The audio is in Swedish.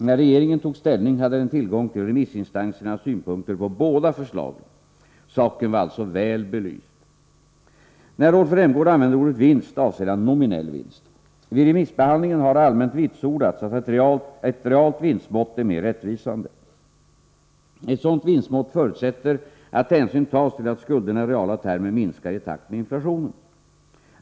När regeringen tog ställning hade den tillgång till remissinstansernas synpunkter på båda förslagen. Saken var alltså väl belyst. När Rolf Rämgård använder ordet vinst avser han nominell vinst. Vid remissbehandlingen har allmänt vitsordats att ett realt vinstmått är mer rättvisande. Ett sådant vinstmått förutsätter att hänsyn tas till att skulderna i reala termer minskar i takt med inflationen.